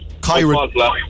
Kyron